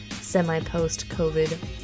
semi-post-COVID